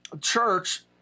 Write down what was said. Church